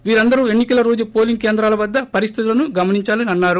వీరందరూ ఎన్నికల రోజు పోలింగ్ కేంద్రాల వద్ద పరిస్థితులను గమనించాలని అన్నారు